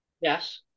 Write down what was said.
Yes